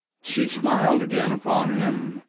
she smiled again upon him,